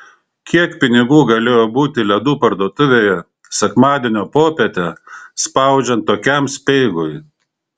kiek pinigų galėjo būti ledų parduotuvėje sekmadienio popietę spaudžiant tokiam speigui